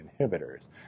inhibitors